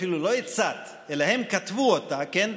אפילו לא עצה, אלא הם כתבו אותה, כן?